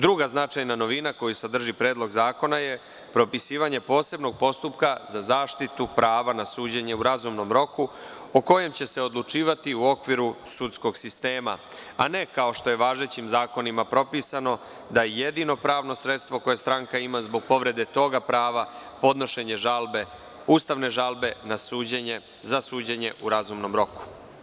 Druga značajna novina koju sadrži Predlog zakona je propisivanje posebnog postupka za zaštitu prava na suđenje u razumnom roku, o kojem će se odlučivati u okviru sudskog sistema, a ne kao što je važećim zakonima propisano, da je jedino pravno sredstvo koje stranka ima zbog povrede toga prava podnošenje ustavne žalbe za suđenje u razumnom roku.